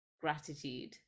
gratitude